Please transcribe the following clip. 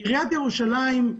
עיריית ירושלים,